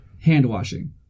Hand-washing